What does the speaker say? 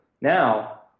Now